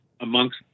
amongst